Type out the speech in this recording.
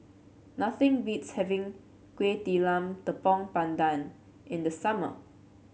nothing beats having Kuih Talam Tepong Pandan in the summer